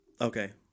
okay